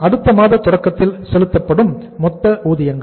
அடுத்த மாத தொடக்கத்தில் செலுத்தப்படும் மொத்த ஊதியங்கள்